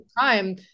time